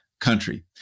country